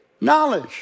knowledge